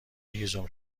هیزم